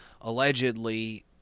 allegedly